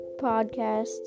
podcast